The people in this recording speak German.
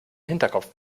hinterkopf